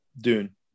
Dune